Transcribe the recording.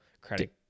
credit